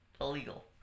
Illegal